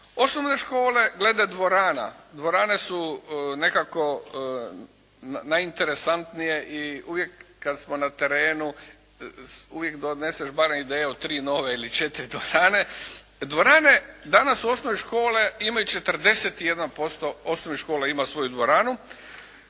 Osnovne škole glede dvorana, dvorane su nekako najinteresantnije i uvijek kad smo na terenu uvijek doneseš barem ideje o tri nove ili četiri dvorane. Dvorane, danas osnovne škole imaju 41% osnovnih škola ima svoju dvoranu,